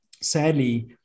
sadly